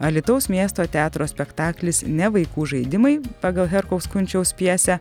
alytaus miesto teatro spektaklis ne vaikų žaidimai pagal herkaus kunčiaus pjesę